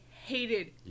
hated